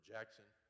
Jackson